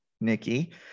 Nikki